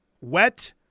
wet